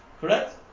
correct